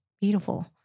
beautiful